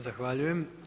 Zahvaljujem.